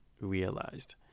realized